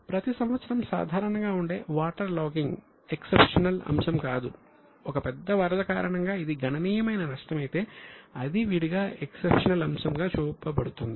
ప్రతి సంవత్సరం సాధారణంగా ఉండే వాటర్ లాగింగ్ ఎక్సెప్షనల్ అంశం కాదు ఒక పెద్ద వరద కారణంగా ఇది గణనీయమైన నష్టమైతే అది విడిగా ఎక్సెప్షనల్ అంశం గా చూపబడుతుంది